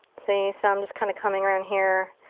see, so i'm just kinda coming around here.